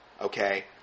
Okay